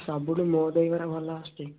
ସବୁଠୁ ମୋ ଦହିବରା ଭଲ ଆସୁଛି